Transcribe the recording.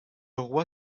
roi